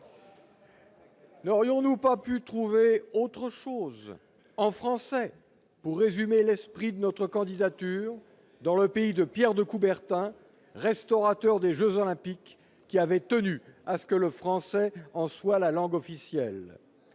N'aurions-nous pas pu trouver autre chose, en français, pour résumer l'esprit de notre candidature, dans le pays de Pierre de Coubertin, restaurateur des jeux Olympiques, qui avait tenu à ce que le français en soit la langue officielle ?